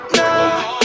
now